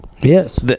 Yes